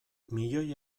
milioi